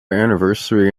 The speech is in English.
anniversary